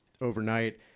overnight